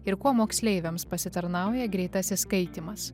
ir kuo moksleiviams pasitarnauja greitasis skaitymas